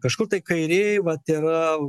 kažkur tai kairėj vat yra